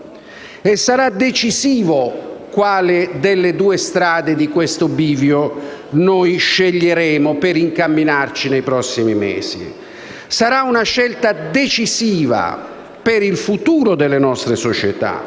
sarà decisivo quale delle due strade di questo bivio noi sceglieremo per incamminarci nei prossimi mesi. Sarà una scelta decisiva per il futuro delle nostre società